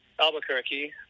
Albuquerque